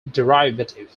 derivative